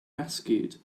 rescued